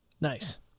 Nice